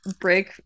break